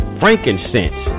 frankincense